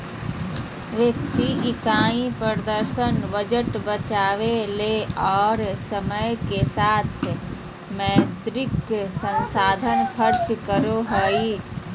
व्यक्ति इकाई प्रदर्शन बजट बचावय ले और समय के साथ मौद्रिक संसाधन खर्च करो हइ